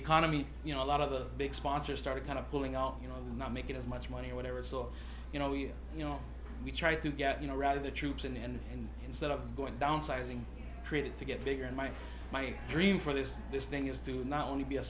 economy you know a lot of the big sponsors started kind of pulling out you know not making as much money or whatever so you know you you know we try to get you know rather the troops in and instead of going downsizing created to get bigger and my my dream for this this thing is to not only be a